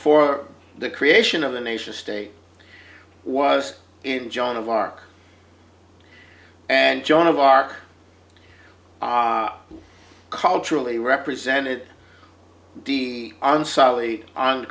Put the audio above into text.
for the creation of the nation state was in john of arc and joan of arc culturally represented on sollie on